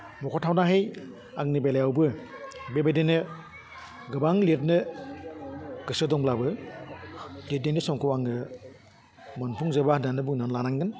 मख'थावनाहै आंनि बेलायावबो बेबायदिनो गोबां लिरनो गोसो दंब्लाबो दैदेन्नो समखौ आङो मोनफुंजोबा होन्नानै बुंनानै लानांगोन